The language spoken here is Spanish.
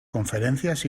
conferencias